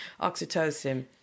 Oxytocin